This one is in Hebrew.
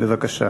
בבקשה.